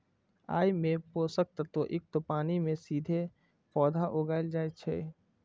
अय मे पोषक तत्व युक्त पानि मे सीधे पौधा उगाएल जाइ छै